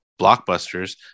blockbusters